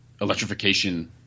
electrification